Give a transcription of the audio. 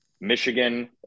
Michigan